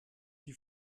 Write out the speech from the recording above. die